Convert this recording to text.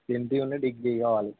MP ఉం degree కావాలి